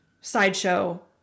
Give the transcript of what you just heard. sideshow